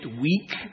weak